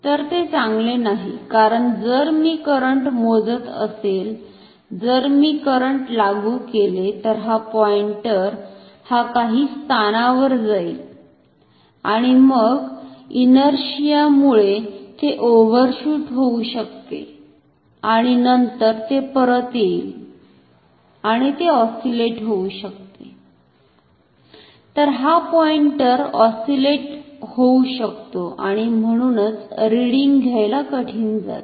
तर हे चांगले नाही कारण जर मी करंट मोजत असेल जर मी करंट लागु केले तर हा पॉइंटर हा काही स्थानावर जाईल आणि मग इनरशीआ मुळे ते ओव्हरशूट होऊ शकते आणि नंतर ते परत येईल आणि ते ऑस्सिलेट होऊ शकते तर हा पॉइंटर ऑस्सिलेट होऊ शकतो आणि म्हणूनच रिडींग घ्यायला कठीण जाते